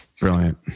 Brilliant